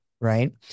right